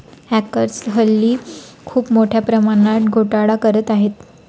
hackers हल्ली खूप मोठ्या प्रमाणात घोटाळा करत आहेत